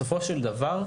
בסופו של דבר,